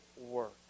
work